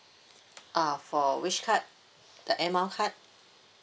uh for which card the air mile card